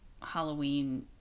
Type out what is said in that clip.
Halloween